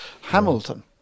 Hamilton